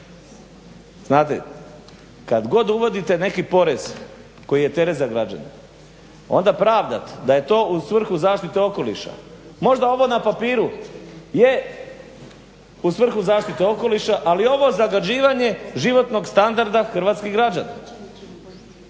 znate kad god uvodite neki porez koji je teret za građane onda pravdati da je to u svrhu zaštite okoliša možda ovo na papiru je u svrhu zaštite okoliša, ali ovo zagađivanje životnog standarda hrvatskih građana,